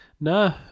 No